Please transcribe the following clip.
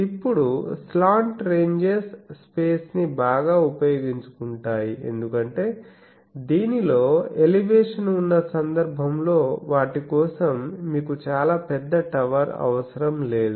ఇప్పుడు slant ranges space ని బాగా ఉపయోగించుకుంటాయి ఎందుకంటే దీనిలో ఎలివేషన్ ఉన్న సందర్భంలో వాటి కోసం మీకు చాలా పెద్ద టవర్ అవసరం లేదు